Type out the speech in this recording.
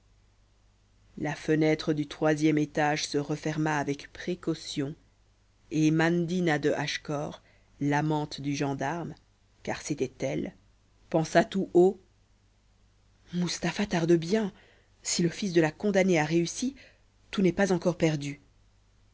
la fenêtre du troisième étage se referma avec précaution et mandina de hachecor l'amante du gendarme car c'était elle pensa tout haut mustapha tarde bien si le fils de la condamnée a réussi tout n'est pas encore perdu